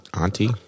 Auntie